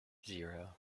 zero